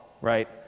right